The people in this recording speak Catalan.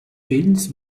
fills